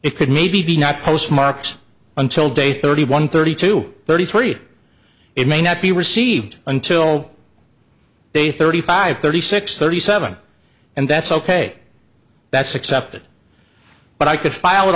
could maybe be not postmarked until day thirty one thirty two thirty three it may not be received until they thirty five thirty six thirty seven and that's ok that's accepted but i could file